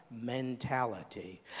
mentality